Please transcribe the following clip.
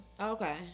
Okay